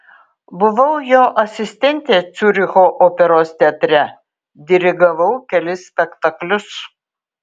buvau jo asistentė ciuricho operos teatre dirigavau kelis spektaklius